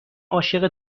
عاشق